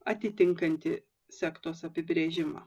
atitinkantį sektos apibrėžimą